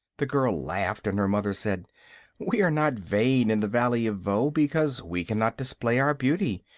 the girl laughed, and her mother said we are not vain in the valley of voe, because we can not display our beauty,